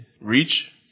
Reach